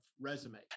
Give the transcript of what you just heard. resume